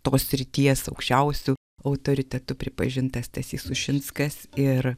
tos srities aukščiausiu autoritetu pripažintas stasys sušinskas ir